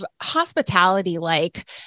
hospitality-like